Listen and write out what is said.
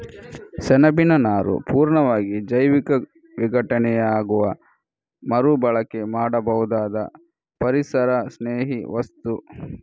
ಸೆಣಬಿನ ನಾರು ಪೂರ್ಣವಾಗಿ ಜೈವಿಕ ವಿಘಟನೆಯಾಗುವ ಮರು ಬಳಕೆ ಮಾಡಬಹುದಾದ ಪರಿಸರಸ್ನೇಹಿ ವಸ್ತು